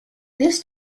this